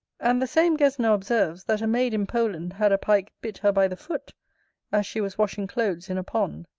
and the same gesner observes, that a maid in poland had a pike bit her by the foot, as she was washing clothes in a pond.